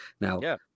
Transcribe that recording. now